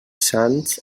sants